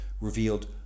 revealed